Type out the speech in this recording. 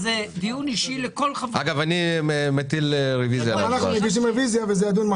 אחד זה מס על כלים חד-פעמיים והשני זה מס על משקאות